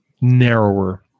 narrower